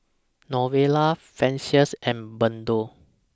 Novella Francine and Berton